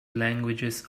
languages